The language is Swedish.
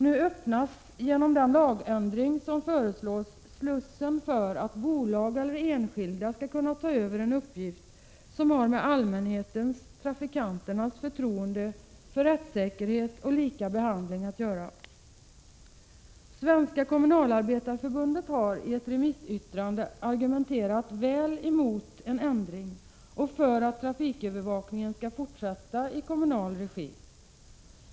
Nu öppnas genom den lagändring som föreslås slussen för att bolag eller enskilda skall kunna ta över en uppgift som har med allmänhetens och trafikanternas förtroende för rättssäkerhet och lika behandling att göra. Svenska kommunalarbetareförbundet har i ett remissyttrande argumenterat väl emot en sådan ändring och för att trafikövervakningen skall fortsätta i kommunal regi.